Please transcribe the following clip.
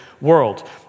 world